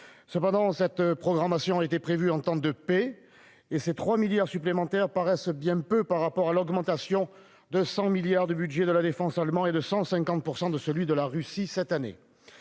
Cependant, cette programmation a été prévue en temps de paix et ces 3 milliards d'euros supplémentaires paraissent bien ridicules par rapport à l'augmentation de 100 milliards d'euros du budget de la défense allemand et de 150 % de celui de la Russie cette année.